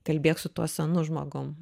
kalbėk su tuo senu žmogum